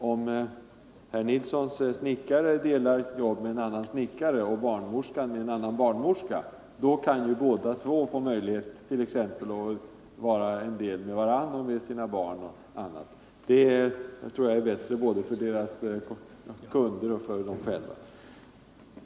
Om herr Nilssons snickare delar jobb men en annan snickare, och barnmorskan med en annan barnmorska, kan ju båda två få möjlighet att umgås mer med varandra och sina barn, och att göra annat också. Det tror jag är bättre både för deras kunder och för dem själva.